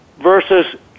versus